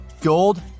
Gold